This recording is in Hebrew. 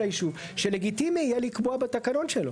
הישוב שלגיטימי יהיה לקבוע בתקנון שלו.